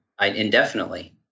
indefinitely